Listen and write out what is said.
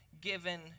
given